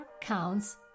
counts